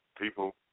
people